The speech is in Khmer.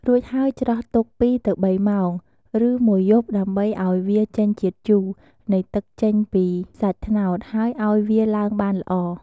រួចហើយច្រោះទុក ២ ទៅ ៣ម៉ោង ឬមួយយប់ដើម្បីឱ្យវាចេញជាតិជូរ នៃទឹកចេញពីសាច់ត្នោត ហើយឱ្យវាឡើងបានល្អ។